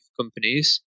companies